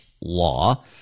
Law